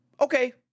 okay